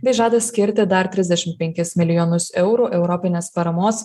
bei žada skirti dar trisdešimt penkis milijonus eurų europinės paramos